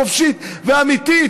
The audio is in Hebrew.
חופשית ואמיתית,